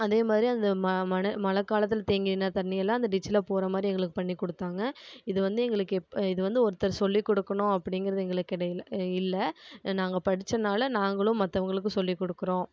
அதேமாதிரி அந்த மழைக் காலத்தில் தேங்கி நின்ற தண்ணியெல்லாம் அந்த டிட்ச்சில் போகிற மாதிரி எங்களுக்கு பண்ணி கொடுத்தாங்க இது வந்து எங்களுக்கு எப்போ இது வந்து ஒருத்தர் சொல்லி கொடுக்கணும் அப்டிங்கிறது எங்களுக்கு இல்லை நாங்கள் படிச்சதுனால நாங்களும் மற்றவங்களுக்கு சொல்லி கொடுக்குறோம்